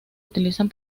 utilizan